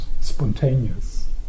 spontaneous